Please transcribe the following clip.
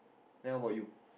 then how about you